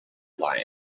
lie